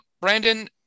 Brandon